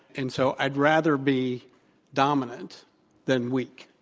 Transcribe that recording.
and so i'd rather be dominant than weak.